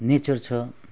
nature छ